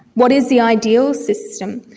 what is the ideal system.